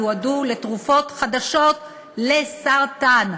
יועדו לתרופות חדשות לסרטן,